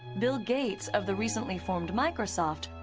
bill gates of the recently formed microsoft,